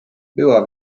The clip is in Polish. była